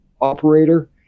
operator